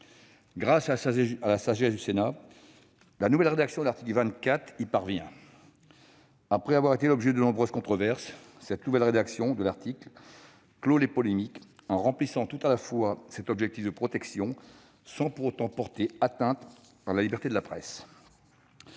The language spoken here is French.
Grâce à la sagesse du Sénat, la nouvelle rédaction de l'article 24 y parvient. Si cet article avait fait l'objet de nombreuses controverses, sa nouvelle rédaction clôt les polémiques en remplissant l'objectif de protection sans pour autant porter atteinte à la liberté de la presse.